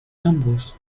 ambos